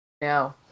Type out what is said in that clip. No